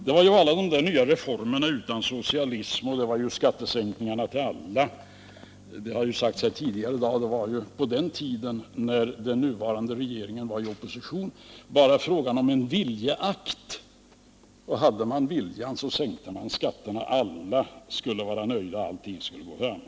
Det var ju alla de där nya reformerna utan socialism och det var skattesänkning till alla. Tidigare här i dag har det ju sagts, att på den tiden då den nuvarande regeringen var i opposition var det bara fråga om en viljeakt, och hade man viljan sänkte man skatterna — alla skulle vara nöjda och allting skulle gå framåt.